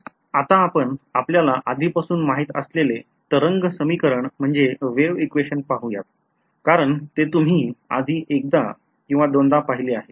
आता आपण आपल्याला आधीपासून माहित असलेले तरंग समीकरण पाहुयात कारण ते तुम्ही आधी एकदा किंवा दोनदा पहिले आहे